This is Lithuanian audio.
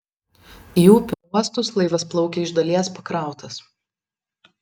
į upių uostus laivas plaukia iš dalies pakrautas